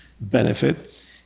benefit